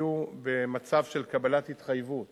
היו במצב של קבלת התחייבות